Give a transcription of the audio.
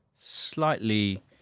slightly